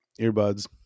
earbuds